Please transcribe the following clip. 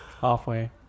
Halfway